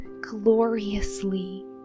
gloriously